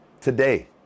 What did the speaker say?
Today